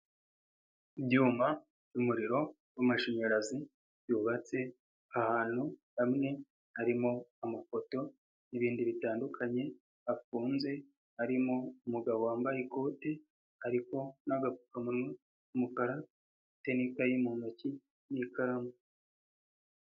Ibyuma by'umuriro w'amashanyarazi byubatse ahantu hamwe, harimo amapoto n'ibindi bitandukanye hafunze, harimo umugabo wambaye ikote ariko n'agapfukamunwa k'umukara, ufite n'ikayi mu ntoki n'ikaramu.